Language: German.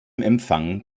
empfang